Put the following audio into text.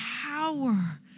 power